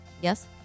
Yes